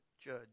judge